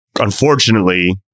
Unfortunately